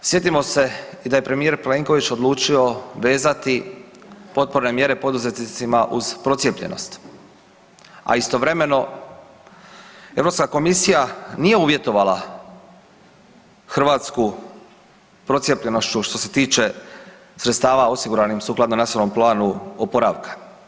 Sjetimo se i da je premijer Plenković odlučio vezati potpore i mjere poduzetnicima uz procijepljenost, a istovremeno Europska komisija nije uvjetovala Hrvatsku procijepljenošću što se tiče sredstava osiguranim sukladno Nacionalnom planu oporavka.